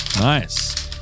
nice